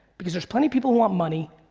because there's plenty people who want money.